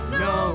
no